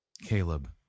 Caleb